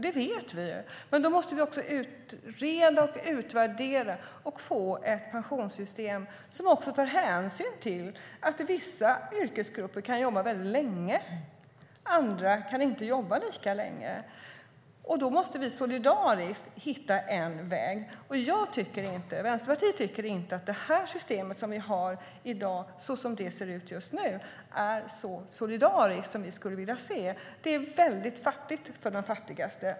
Det vet vi. Men då måste vi utreda och utvärdera och få ett pensionssystem som tar hänsyn till att vissa yrkesgrupper kan jobba väldigt länge, medan andra inte kan jobba lika länge. Vi måste solidariskt hitta en väg. Jag och Vänsterpartiet tycker inte att det system vi har i dag, så som det ser ut just nu, är så solidariskt som vi skulle vilja se. Det är väldigt fattigt för de fattigaste.